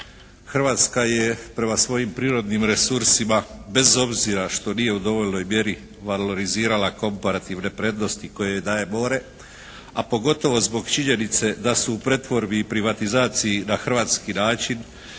Hrvatska je prema svojim prirodnim resursima bez obzira što nije u dovoljnoj mjeri valorizirala komparativne prednosti koje joj daje more, a pogotovo zbog činjenice da su u pretvorbi i privatizaciji na hrvatski način